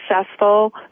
successful